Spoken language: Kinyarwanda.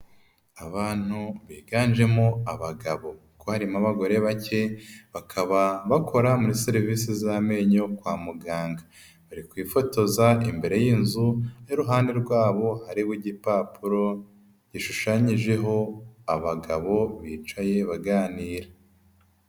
Abantu biganjemo abagabo kuko harimo abagore bake bakaba bakora muri serivisi z'amenyo kwa muganga, bari kwifotoza imbere y'inzu aho iruhande rwabo hariho igipapuro gishushanyijeho abagabo bicaye baganira.